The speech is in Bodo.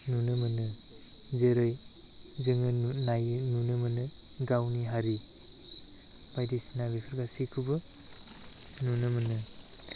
नुनो मोनो जेरै जोङो नुनो नायनो नुनो मोनो गावनि हारि बायदिसिना बेफोर गासैखौबो नुनो मोनो